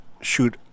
shoot